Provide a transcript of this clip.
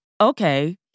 okay